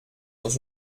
dans